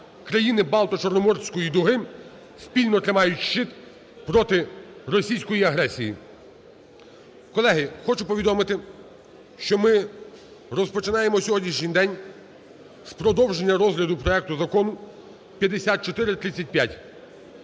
Країни Балто-Чорноморської дуги спільно тримають щит проти російської агресії. Колеги, хочу повідомити, що ми розпочинаємо сьогоднішній день з продовження розгляду проекту Закону 5435.